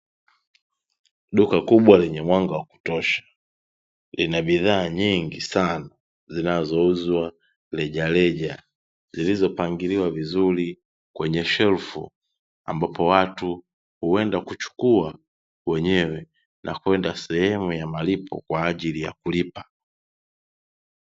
Duka kubwa lenye mwanga wa kutosha. Lina bidhaa nyingi sana zinazouzwa rejareja zilizopangiliwa vizuri kwenye shelfu, ambapo watu huenda kuchukua wenyewe na kwenda sehemu ya malipo kwa ajili ya kulipa.